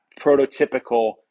prototypical